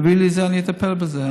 תביא לי את זה ואני אטפל בזה.